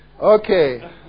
okay